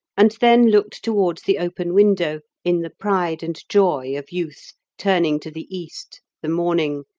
and then looked towards the open window, in the pride and joy of youth turning to the east, the morning,